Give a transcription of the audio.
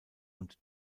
und